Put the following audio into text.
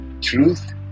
Truth